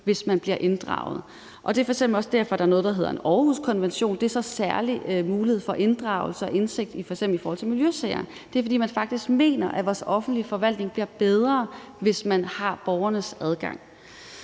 hvis man bliver inddraget. Det er f.eks. også derfor, der er noget, der hedder en Århuskonvention, og det er så særlig muligheden for inddragelse og indsigt i forhold til f.eks. miljøsager, og det er, fordi man faktisk mener, at vores offentlige forvaltning bliver bedre, hvis man har borgernes adgang.